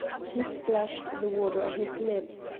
he splashed the water on his lips,